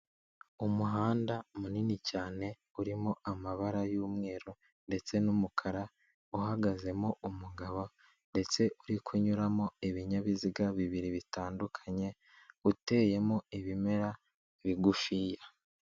Umuhanda munini cyane urimo amabara y'umweru ndetse n'umukara uhagazemo umugabo ndetse uri kunyuramo ibinyabiziga bibiri bitandukanye, uteyemo ibimera bigufiya.